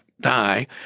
die